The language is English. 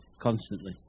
constantly